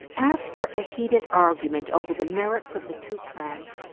after a heated argument over the merits of the two plans,